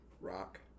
Rock